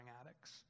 addicts